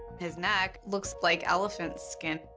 his neck looks like elephant skin.